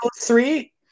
three